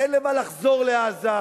אין למה לחזור לעזה,